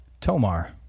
Tomar